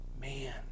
man